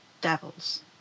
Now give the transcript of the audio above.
devils